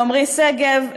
לעמרי שגב,